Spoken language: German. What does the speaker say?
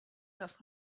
das